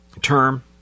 term